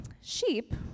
Sheep